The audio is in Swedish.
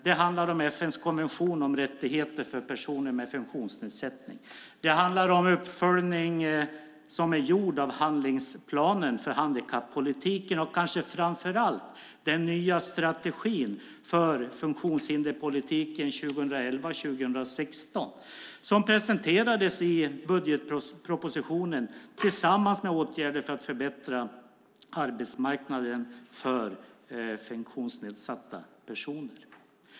Det handlar om FN:s konvention om rättigheter för personer med funktionsnedsättning. Det handlar om en uppföljning som är gjord av handlingsplanen för handikappolitiken och kanske framför allt den nya strategin för funktionshinderspolitiken 2011-2016, som presenterades i budgetpropositionen tillsammans med åtgärder för att förbättra arbetsmarknaden för funktionsnedsatta personer.